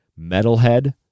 Metalhead